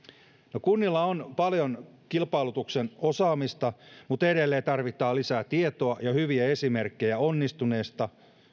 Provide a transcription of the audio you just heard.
kunnilla on paljon kilpailutuksen osaamista mutta edelleen tarvitaan lisää tietoa ja hyviä esimerkkejä onnistuneista